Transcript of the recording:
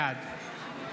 בעד